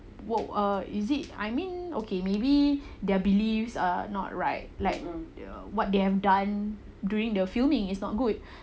what is it I mean okay maybe their beliefs are not right like what they have done during the filming is not good